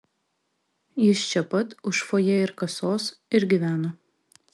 jis čia pat už fojė ir kasos ir gyveno